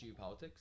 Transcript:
geopolitics